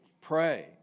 pray